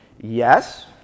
yes